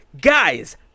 guys